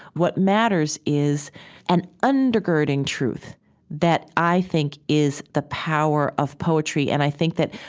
what matters is an undergirding truth that i think is the power of poetry and i think that,